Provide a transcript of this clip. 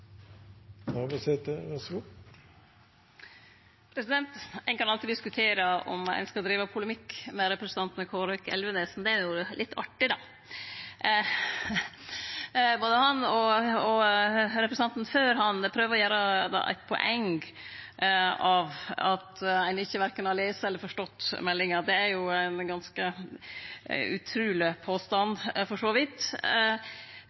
Ein kan alltids diskutere om ein skal drive polemikk med representanten Hårek Elvenes – det er jo litt artig, då. Både han og representanten før han prøver å gjere eit poeng av at ein ikkje har verken lese eller forstått meldinga. Det er ein ganske utruleg